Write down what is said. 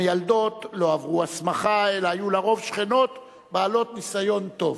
המיילדות לא עברו הסמכה אלא היו לרוב שכנות בעלות ניסיון טוב.